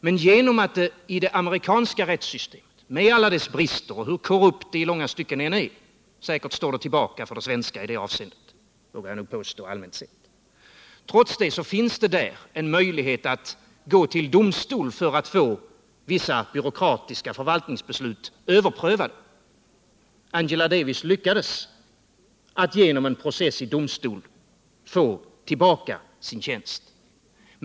Men i det amerikanska rättssystemet med alla dess brister och hur korrupt det i långa stycken än är — säkert står det allmänt sett tillbaka för det svenska i det avseendet, det vågar jag påstå — finns en möjlighet att gå till domstol och få vissa byråkratiska förvaltningsbeslut överprövade. Angela Davis lyckades genom en process i domstol få tillbaka sin tjänst.